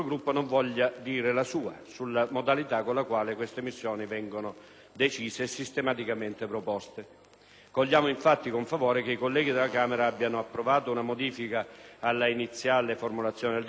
Cogliamo, infatti, con favore il fatto che i colleghi della Camera abbiano approvato una modifica all'iniziale formulazione del decreto, prevedente appunto il finanziamento di una politica quale quella della cooperazione al fine nobile dello sviluppo,